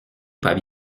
pas